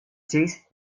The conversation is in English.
chase